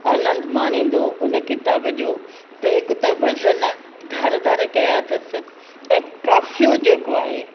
आनंद माणींदो उन किताब जो त हिकु त वज़न धार धार कया अथसि ऐं काफ़ियो जेको आहे